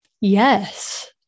Yes